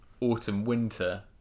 autumn-winter